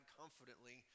confidently